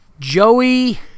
Joey